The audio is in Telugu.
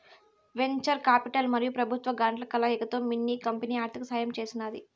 వెంచర్ కాపిటల్ మరియు పెబుత్వ గ్రాంట్ల కలయికతో మిన్ని కంపెనీ ఆర్థిక సహాయం చేసినాది